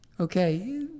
Okay